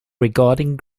regarding